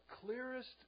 clearest